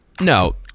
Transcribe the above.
No